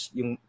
yung